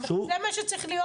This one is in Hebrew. זה מה שצריך להיות.